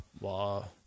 Wow